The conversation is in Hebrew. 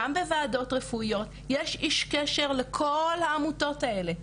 גם בוועדות רפואיות יש איש קשר לכל העמותות האלה,